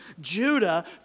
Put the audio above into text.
Judah